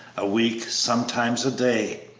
a week, sometimes a day.